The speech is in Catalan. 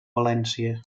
valència